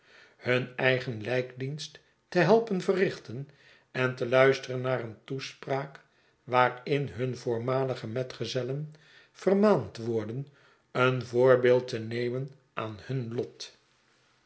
hun eigen lijkdienst te helpen verrichten en te luisteren naar een toespraak waarin hun voormalige metgezellen vermaand worden een voorbeeld te nemen aan hun lot